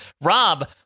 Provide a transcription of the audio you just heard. rob